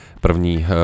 první